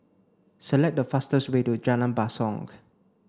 select the fastest way to Jalan Basong